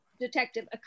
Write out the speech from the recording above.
Detective